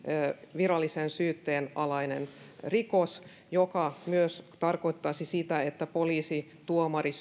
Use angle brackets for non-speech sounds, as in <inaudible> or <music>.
virallisen syytteen alainen rikos mikä myös tarkoittaisi sitä että poliisin tuomarin <unintelligible>